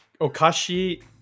Okashi